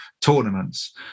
tournaments